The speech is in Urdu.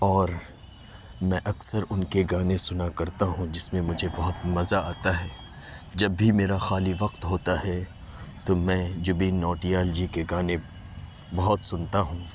اور میں اکثر ان کے گانے سنا کرتا ہوں جس میں مجھے بہت مزہ آتا ہے جب بھی میرا خالی وقت ہوتا ہے تو میں جبین نوٹیال جی کے گانے بہت سنتا ہوں